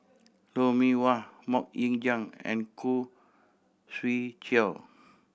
Lou Mee Wah Mok Ying Jang and Khoo Swee Chiow